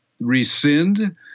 rescind